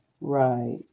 Right